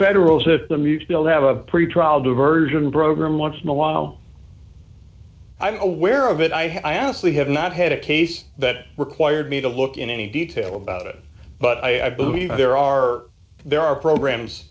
federal to them you will have a pretrial diversion program once in a while i'm aware of it i honestly have not had a case that required me to look in any detail about it but i believe there are there are programs